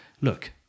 look